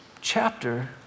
chapter